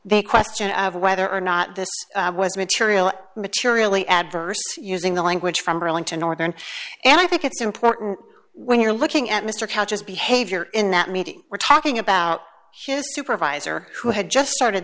the question of whether or not this was material materially adverse using the language from burlington northern and i think it's important when you're looking at mr couch as behavior in that meeting we're talking about his supervisor who had just started